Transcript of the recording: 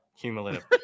cumulative